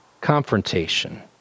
confrontation